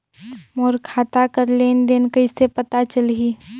मोर खाता कर लेन देन कइसे पता चलही?